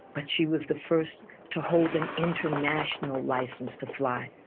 but she was the first to hold an international license to fly.